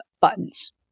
Buttons